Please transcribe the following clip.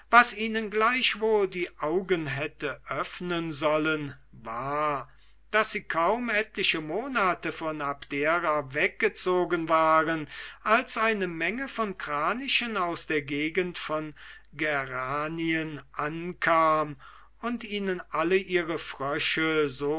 was ihnen gleichwohl die augen hätte öffnen sollen war daß sie kaum etliche monate von abdera weggezogen waren als eine menge von kranichen aus der gegend von geranien ankamen und ihnen alle ihre frösche so